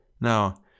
Now